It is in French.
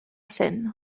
scène